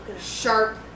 sharp